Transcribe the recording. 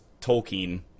Tolkien